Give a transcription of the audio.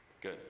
good